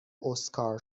اسکار